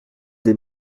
des